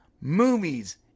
movies